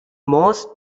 most